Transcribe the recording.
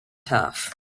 tough